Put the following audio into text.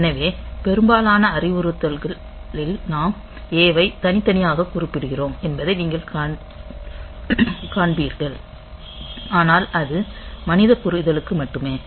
எனவே பெரும்பாலான அறிவுறுத்தல்களில் நாம் A ஐத் தனித்தனியாக குறிப்பிடுகிறோம் என்பதை நீங்கள் காண்பீர்கள் ஆனால் அது மனித புரிதலுக்கு மட்டுமே